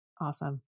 Awesome